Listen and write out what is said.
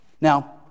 Now